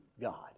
God